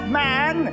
man